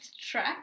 track